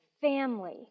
family